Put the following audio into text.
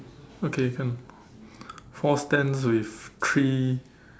okay can four stands with three